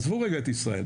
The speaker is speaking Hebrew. עזבו רגע את ישראל,